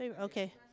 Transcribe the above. Okay